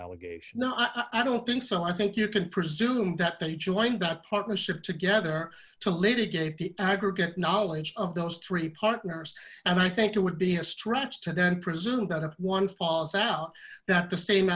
allegation no i don't think so i think you can presume that they joined that partnership together to litigate the aggregate knowledge of those three partners and i think it would be a stretch to then presume that if one falls out that the same